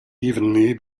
evenly